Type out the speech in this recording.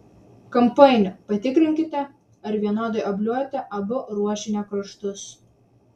kampainiu patikrinkite ar vienodai obliuojate abu ruošinio kraštus